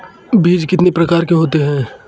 बीज कितने प्रकार के होते हैं?